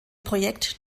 projekt